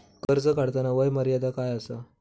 कर्ज काढताना वय मर्यादा काय आसा?